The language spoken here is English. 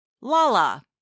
Lala